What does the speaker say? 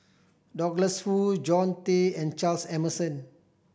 Douglas Foo John Tay and Charles Emmerson